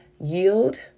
Yield